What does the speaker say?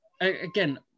again